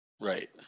Right